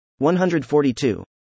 142